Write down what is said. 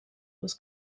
was